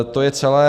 To je celé.